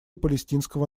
палестинского